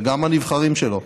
וגם הנבחרים שלו,